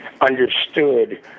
understood